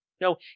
No